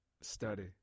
study